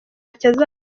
azageraho